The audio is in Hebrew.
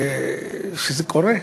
שזה קורה.